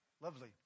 Lovely